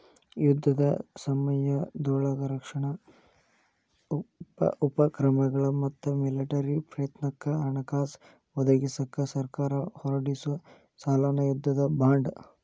ಯುದ್ಧದ ಸಮಯದೊಳಗ ರಕ್ಷಣಾ ಉಪಕ್ರಮಗಳ ಮತ್ತ ಮಿಲಿಟರಿ ಪ್ರಯತ್ನಕ್ಕ ಹಣಕಾಸ ಒದಗಿಸಕ ಸರ್ಕಾರ ಹೊರಡಿಸೊ ಸಾಲನ ಯುದ್ಧದ ಬಾಂಡ್